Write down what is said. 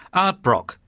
art brock,